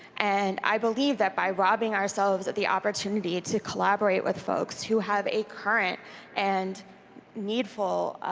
and i believe that by robbing ourselves of the opportunity to collaborate with folks who have a current and needful